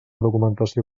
documentació